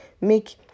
make